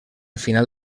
final